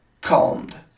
calmed